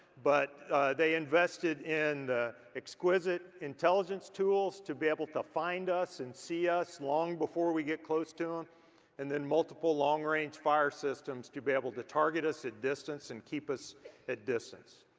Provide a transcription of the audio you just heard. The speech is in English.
but they invested in the exquisite intelligence tools to be able to find us and see us long before we get close to them and then multiple long range fire systems to be able to target us at distance and keep us at distance.